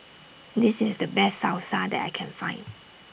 This IS The Best Salsa that I Can Find